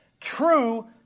true